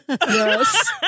Yes